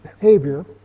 behavior